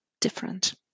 different